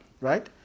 right